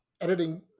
editing